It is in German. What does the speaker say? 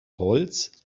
holz